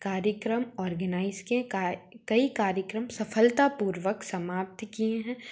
कार्यक्रम ऑर्गनाइज किए कई कार्यक्रम सफलतापूर्वक समाप्त किए हैं